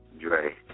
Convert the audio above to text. Dre